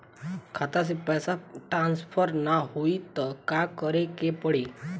खाता से पैसा टॉसफर ना होई त का करे के पड़ी?